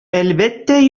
әлбәттә